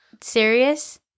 serious